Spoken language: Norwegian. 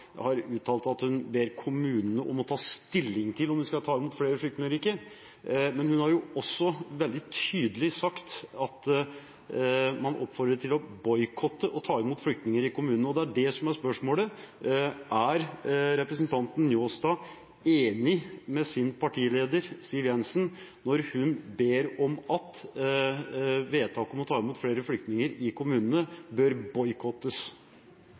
har uttalt at hun ber kommunene om å ta stilling til om de skal ta imot flere flyktninger eller ikke, men hun har jo også – veldig tydelig – sagt at man oppfordrer til å boikotte å ta imot flyktninger i kommunene. Og det er det som er spørsmålet: Er representanten Njåstad enig med sin partileder Siv Jensen når hun ber om at vedtaket om å ta imot flere flyktninger i kommunene bør boikottes?